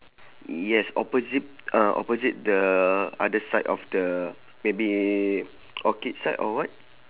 yes opposite uh opposite the other side of the maybe orchid side or what